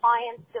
clients